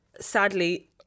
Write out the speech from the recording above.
sadly